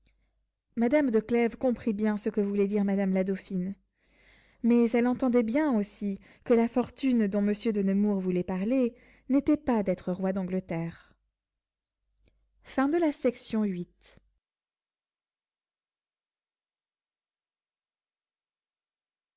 madame de clèves comprit bien ce que voulait dire madame la dauphine mais elle entendait bien aussi que la fortune dont monsieur de nemours voulait parler n'était pas d'être roi d'angleterre